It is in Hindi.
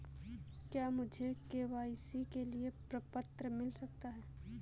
क्या मुझे के.वाई.सी के लिए प्रपत्र मिल सकता है?